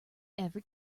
every